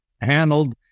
Handled